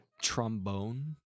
Trombone